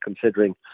considering